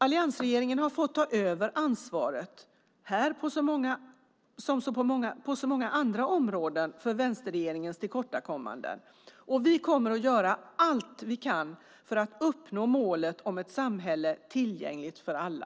Alliansregeringen har fått ta över ansvaret här som på så många andra områden för vänsterregeringens tillkortakommanden, och vi kommer att göra allt vi kan för att uppnå målet om ett samhälle tillgängligt för alla.